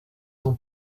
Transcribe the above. son